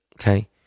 okay